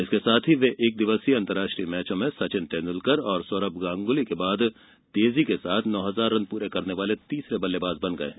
इसके साथ ही वे एक दिवसीय मैचों में सचिन तेंदुलकर और सौरभ गांगुली के बाद तेजी से नौ हजार रन पूरे करने वाले तीसरे बल्लेबाज बन गए हैं